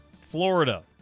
Florida